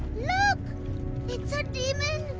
look! it's a demon!